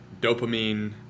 dopamine